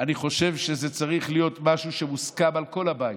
אני חושב שזה צריך להיות משהו שמוסכם על כל הבית.